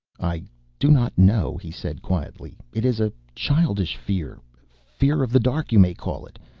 i do not know, he said quietly. it is a childish fear fear of the dark, you may call it.